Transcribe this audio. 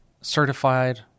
certified